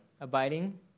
Abiding